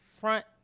front